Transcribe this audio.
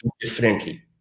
differently